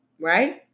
right